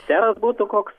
seras būtų koks